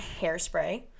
Hairspray